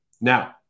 Now